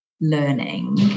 learning